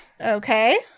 Okay